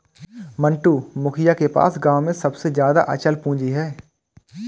मंटू, मुखिया के पास गांव में सबसे ज्यादा अचल पूंजी है